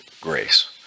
grace